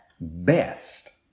best